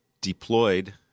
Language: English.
deployed